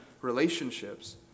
relationships